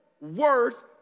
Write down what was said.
worth